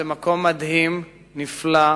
זה מקום מדהים, נפלא,